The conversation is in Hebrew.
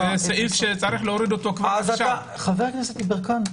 צריך להוריד את הסעיף הזה עכשיו.